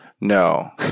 No